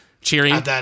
cheering